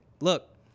look